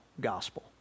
gospel